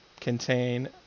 contain